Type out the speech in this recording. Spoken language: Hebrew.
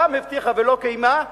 גם הבטיחה ולא קיימה,